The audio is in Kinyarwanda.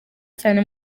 cyane